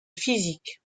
physique